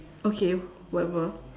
okay whatever